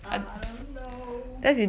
I don't know